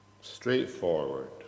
Straightforward